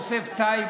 יוסף טייב,